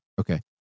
okay